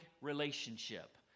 relationship